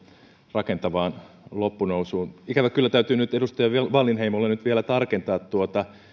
rakentavaan loppunousuun ikävä kyllä täytyy nyt edustaja wallinheimolle vielä tarkentaa tuota